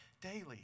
daily